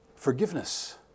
Forgiveness